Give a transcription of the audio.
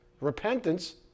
Repentance